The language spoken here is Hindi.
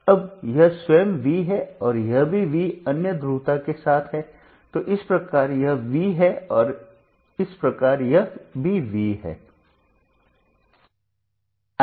अब यह स्वयं V है और यह भी V अन्य ध्रुवता के साथ है तो इस प्रकार यह V है और इस प्रकार यह भी V है